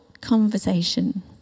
conversation